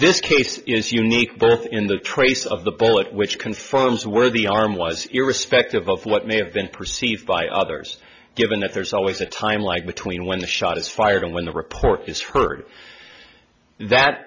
this case is unique both in the trace of the bullet which confirms where the arm was irrespective of what may have been perceived by others given that there's always a time lag between when the shot is fired and when the report is heard that